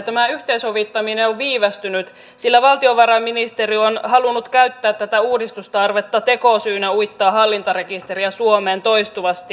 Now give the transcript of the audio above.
tämä yhteensovittaminen on viivästynyt sillä valtiovarainministeriö on halunnut käyttää tätä uudistustarvetta tekosyynä uittaa hallintarekisteriä suomeen toistuvasti